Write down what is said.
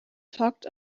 talked